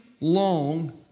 long